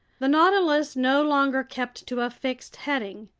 the nautilus no longer kept to a fixed heading.